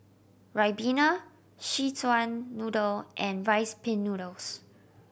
ribena Szechuan Noodle and Rice Pin Noodles